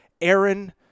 Aaron